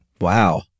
Wow